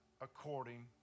according